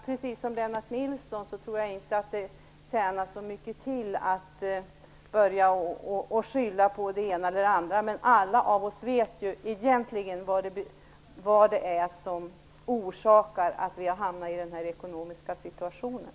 Precis som Lennart Nilsson tror jag inte att det tjänar så mycket till att börja skylla på det ena eller det andra. Alla vet vi egentligen vad som orsakat att vi hamnat i den här ekonomiska situationen.